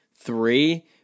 three